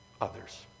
others